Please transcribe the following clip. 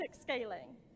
scaling